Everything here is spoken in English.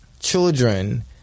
children